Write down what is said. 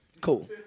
Cool